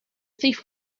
thief